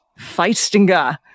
Feistinger